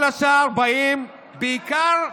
כל השאר באים בעיקר,